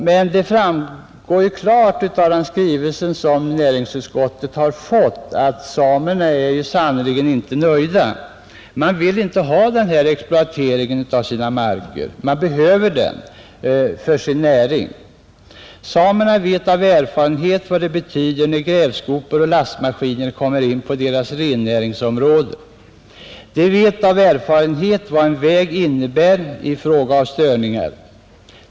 Men det framgår klart av en skrivelse som näringsutskottet har mottagit att samerna sannerligen inte är nöjda. De vill inte ha den här exploateringen av sina marker, De behöver dem för sin näring. Samerna vet av erfarenhet vad det betyder när grävskopor och lastmaskiner kommer in på deras rennäringsområden. De vet av erfarenhet vad en väg innebär i fråga om störningar.